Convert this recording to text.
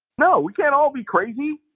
no. we can all be crazy,